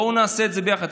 בואו נעשה את זה ביחד.